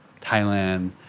Thailand